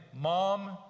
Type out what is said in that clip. mom